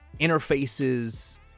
interfaces